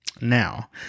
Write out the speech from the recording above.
Now